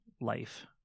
life